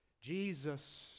Jesus